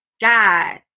God